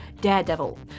Daredevil